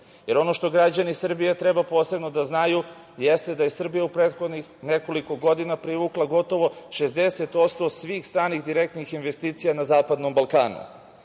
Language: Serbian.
Ono što građani Srbije treba posebno da znaju jeste da je Srbija u prethodnih nekoliko godina privukla gotovo 60% svih stranih direktnih investicija na zapadnom Balkanu.